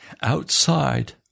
outside